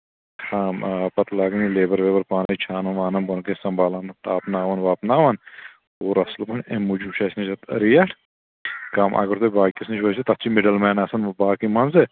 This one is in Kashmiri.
خام آ پَتہٕ لگان یہِ لیبَر ویبَر پانَے چھانَن وانَن بۄن کَنۍ سَمبالانہٕ تاپناوان واپناوان اور اَصٕل پٲٹھۍ اَمہِ موٗجوٗب چھِ اَسہِ ریٹ کم اَگر تۄہہِ باقِیس نِش گٔژھِو تَتھ چھُ مِڈَل مین آسان باقی منٛزٕ